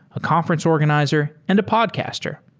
a conference organizer, and a podcaster.